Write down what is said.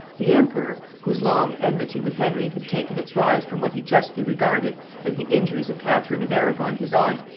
the emperor, whose long enmity with henry had taken its rise from what he justly regarded as the injuries of catherine of arragon his aunt,